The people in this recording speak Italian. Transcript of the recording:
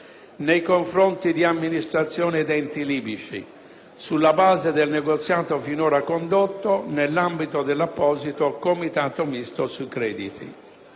nei confronti di amministrazioni ed enti libici, sulla base del negoziato finora condotto nell'ambito dell'apposito Comitato misto sui crediti.